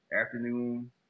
Afternoon